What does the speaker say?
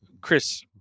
Chris